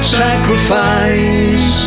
sacrifice